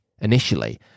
initially